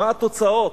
מה התוצאות,